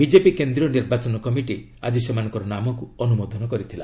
BJP କେନ୍ଦ୍ରୀୟ ନିର୍ବାଚନ committee ଆଜି ସେମାନଙ୍କର ନାମକୁ ଅନୁମୋଦନ କରିଥିଲା